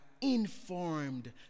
informed